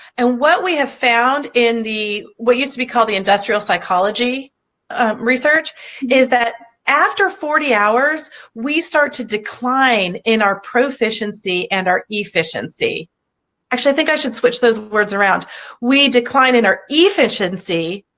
and what we have found in the what used to be called the industrial psychology research is that after forty hours we start to decline in our proficiency and our efficiency actually i think i should switch those words around we decline in our efficiency,